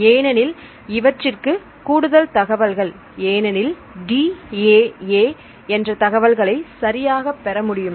ஏனெனில் இவற்றிற்கு கூடுதல் தகவல்கள் ஏனெனில் DAA என்ற தகவல்களை சரியாக பெற முடியும்